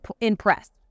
impressed